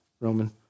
Roman